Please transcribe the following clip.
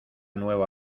nueva